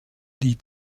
die